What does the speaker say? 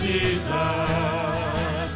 Jesus